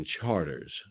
charters